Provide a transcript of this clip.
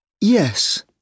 Yes